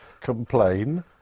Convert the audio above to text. complain